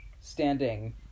standing